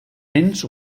béns